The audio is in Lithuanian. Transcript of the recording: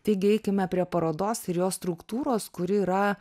taigi eikime prie parodos ir jos struktūros kuri yra